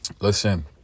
Listen